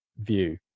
view